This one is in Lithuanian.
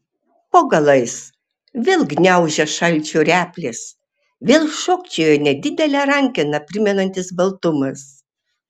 po galais vėl gniaužia šalčio replės vėl šokčioja nedidelę rankeną primenantis baltumas